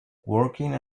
working